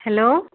hello